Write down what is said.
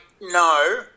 no